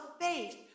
faith